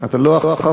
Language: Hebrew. אתה לא אחרון.